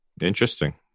interesting